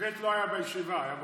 איווט לא היה בישיבה, היה באוניברסיטה.